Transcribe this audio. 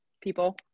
people